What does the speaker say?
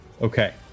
Okay